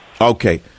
Okay